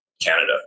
Canada